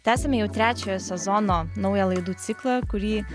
tęsiame jau trečiojo sezono naują laidų ciklą kurį